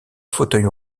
fauteuil